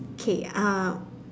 okay uh